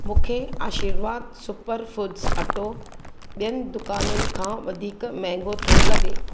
मूंखे Aashirvaad super foods अटो ॿियनि दुकाननि खां वधीक महांगो थो लॻे